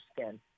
skin